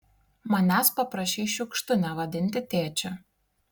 manęs paprašei šiukštu nevadinti tėčiu